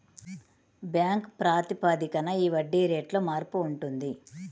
bank ప్రాతిపదికన ఈ వడ్డీ రేటులో మార్పు ఉంటుంది